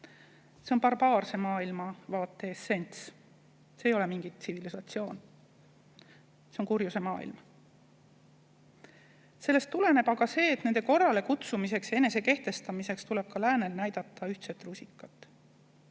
See on barbaarse maailmavaate essents. See ei ole mingi tsivilisatsioon. See on kurjuse maailm. Sellest tuleneb aga see, et nende korralekutsumiseks ja enesekehtestamiseks tuleb ka läänel näidata ühtset rusikat.